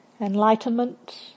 enlightenment